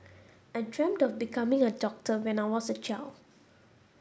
I dreamt of becoming a doctor when I was a child